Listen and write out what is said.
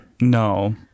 No